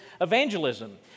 evangelism